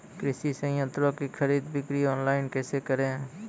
कृषि संयंत्रों की खरीद बिक्री ऑनलाइन कैसे करे?